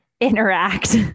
interact